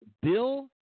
Bill